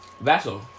vessel